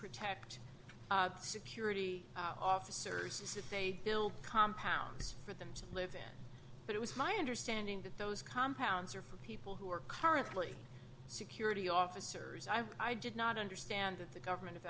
protect security officers is that they built compounds for them to live in but it was my understanding that those compounds are for people who are currently security officers i did not understand that the government of